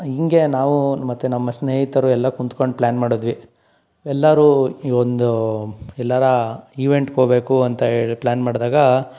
ಹೀಗೆ ನಾವು ಮತ್ತೆ ನಮ್ಮ ಸ್ನೇಹಿತರು ಎಲ್ಲ ಕೂತ್ಕೊಂಡು ಪ್ಲಾನ್ ಮಾಡಿದ್ವಿ ಎಲ್ಲರೂ ಒಂದು ಎಲ್ಲಾರ ಇವೆಂಟ್ಗೆ ಹೊಗ್ಬೇಕು ಅಂತ ಹೇಳಿ ಪ್ಲಾನ್ ಮಾಡಿದಾಗ